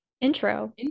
intro